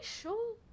sure